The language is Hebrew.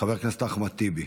חבר הכנסת אחמד טיבי,